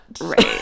Right